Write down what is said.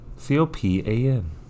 C-O-P-A-N